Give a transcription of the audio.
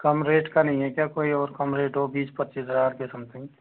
कम rate का नहीं है क्या कोई और कम रेट हो बीस पच्चीस हज़ार के समथिंग